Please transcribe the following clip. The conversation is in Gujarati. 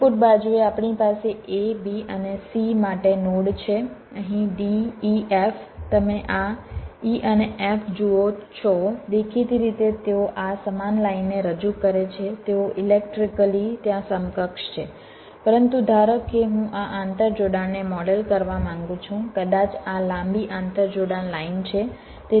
ઇનપુટ બાજુએ આપણી પાસે A B અને C માટે નોડ છે અહીં D E F તમે આ E અને F જુઓ છો દેખીતી રીતે તેઓ આ સમાન લાઇનને રજૂ કરે છે તેઓ ઇલેક્ટ્રિકલી ત્યાં સમકક્ષ છે પરંતુ ધારો કે હું આ આંતરજોડાણને મોડેલ કરવા માંગુ છું કદાચ આ લાંબી આંતરજોડાણ લાઇન છે